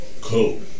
Cool